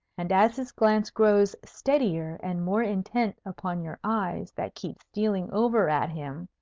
and as his glance grows steadier and more intent upon your eyes that keep stealing over at him,